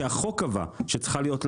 שהחוק קבע שצריכה להיות לה,